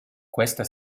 questa